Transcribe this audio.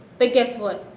but guess what,